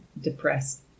depressed